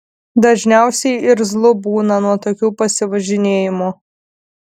dažniausiai irzlu būna nuo tokių pasivažinėjimų